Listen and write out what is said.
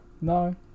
No